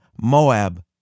Moab